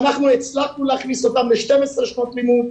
ואנחנו הצלחנו להכניס אותם ל-12 שנות לימוד,